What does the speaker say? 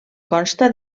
consta